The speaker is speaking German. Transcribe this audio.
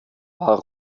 war